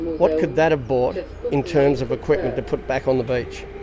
what could that have bought in terms of equipment to put back on the beach?